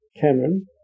cameron